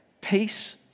peace